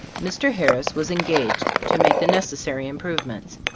mr. harris was engaged to make the necessary improvements.